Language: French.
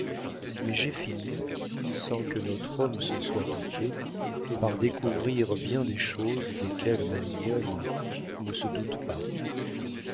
mais j'ai fini sans que notre homme s'en soit douté par découvrir bien des choses desquelles ma mignonne ne se doute pas